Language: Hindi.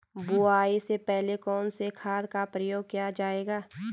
बुआई से पहले कौन से खाद का प्रयोग किया जायेगा?